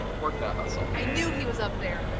work that hustle. i knew he was up there.